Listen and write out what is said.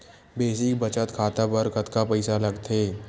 Basic बचत खाता बर कतका पईसा लगथे?